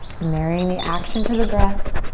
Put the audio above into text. marrying the action to the breath,